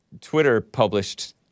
Twitter-published